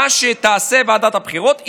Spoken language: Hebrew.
מה שתעשה ועדת הבחירות,